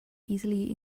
easily